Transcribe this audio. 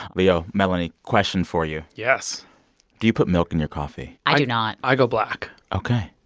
leo, melanie, question for you. yes do you put milk in your coffee? i do not i go black ok,